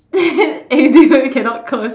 eh dude you cannot curse